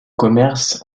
commerce